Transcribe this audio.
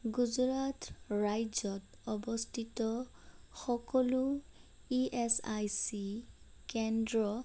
গুজৰাট ৰাজ্যত অৱস্থিত সকলো ই এছ আই চি কেন্দ্ৰ